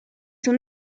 son